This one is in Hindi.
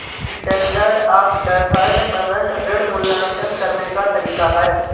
स्टैण्डर्ड ऑफ़ डैफर्ड पेमेंट ऋण मूल्यांकन करने का तरीका है